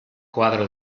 koadro